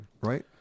right